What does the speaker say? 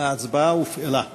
ההצבעה הופעלה.